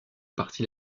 parties